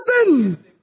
listen